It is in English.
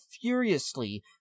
furiously